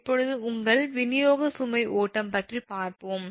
இப்போது உங்கள் விநியோகச் சுமை ஓட்டம் பற்றி பார்ப்போம்